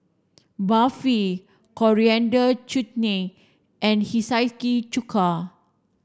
Barfi Coriander Chutney and Hiyashi chuka